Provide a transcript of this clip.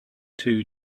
two